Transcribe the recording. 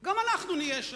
גם אנחנו נהיה.